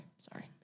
Sorry